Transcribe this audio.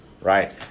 right